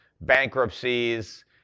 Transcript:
bankruptcies